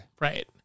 Right